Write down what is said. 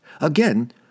Again